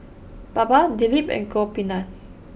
Baba Dilip and Gopinath